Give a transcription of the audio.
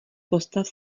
postav